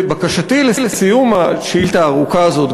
בקשתי לסיום השאילתה הארוכה הזאת,